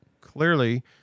clearly